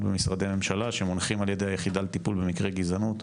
במשרדי הממשלה שמונחים על ידי היחידה לטיפול במקרי גזענות.